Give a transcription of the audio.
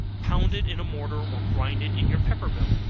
pound it in a mortar or grind it in your pepper mill.